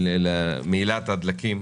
ילך למהילת דלקים